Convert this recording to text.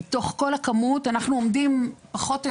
מתוך כל הכמות אנחנו עומדים פחות או